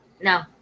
No